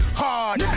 hard